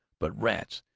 but rats,